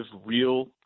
real